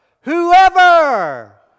whoever